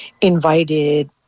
invited